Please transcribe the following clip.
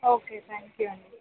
okay thank you అండి